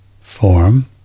form